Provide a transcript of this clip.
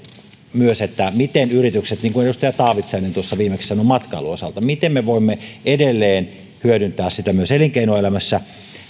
myös sitä miten niin kuin edustaja taavitsainen tuossa viimeksi sanoi matkailun osalta me voimme edelleen hyödyntää sitä myös elinkeinoelämässä